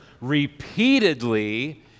repeatedly